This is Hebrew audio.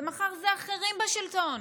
ומחר אחרים בשלטון.